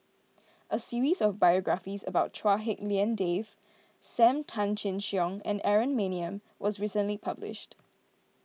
a series of biographies about Chua Hak Lien Dave Sam Tan Chin Siong and Aaron Maniam was recently published